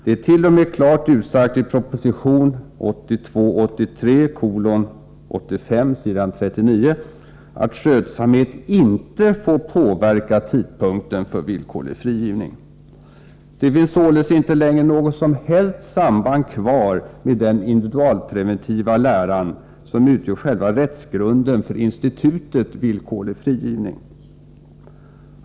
Det är t.o.m. klart utsagt i proposition 1982/83:85, s. 39, att skötsamhet inte får påverka tidpunkten för villkorlig frigivning. Det finns således inte längre något som helst samband kvar med den individualpreventiva läran, som utgör själva rättsgrunden för institutet villkorlig frigivning.